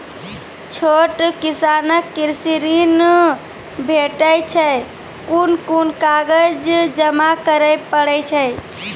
छोट किसानक कृषि ॠण भेटै छै? कून कून कागज जमा करे पड़े छै?